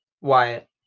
Wyatt